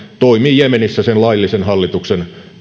toimii jemenissä sen laillisen hallituksen